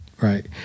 Right